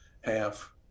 half